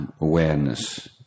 awareness